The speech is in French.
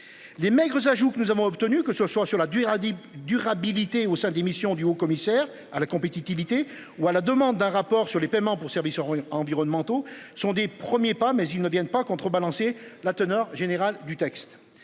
Les maigres ça joue que nous avons obtenu que ce soit sur la durée dit durabilité au sein démission du commissaire à la compétitivité ou à la demande d'un rapport sur les paiements pour services environnementaux sont des premiers pas mais ils ne viennent pas contrebalancer la teneur générale du texte,